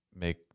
make